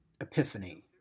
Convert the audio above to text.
epiphany